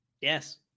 Yes